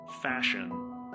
fashion